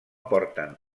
porten